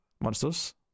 Monsters